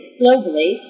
globally